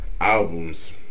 albums